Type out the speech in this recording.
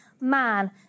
man